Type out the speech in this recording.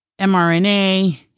mRNA